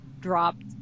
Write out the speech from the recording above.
dropped